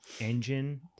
engine